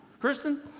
Kristen